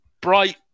bright